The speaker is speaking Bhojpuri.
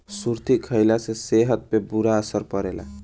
सुरती खईला से सेहत पे बुरा असर पड़ेला